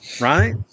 Right